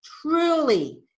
truly